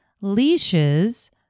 leashes